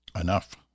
Enough